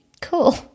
cool